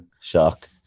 Shock